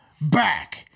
back